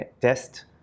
test